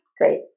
Great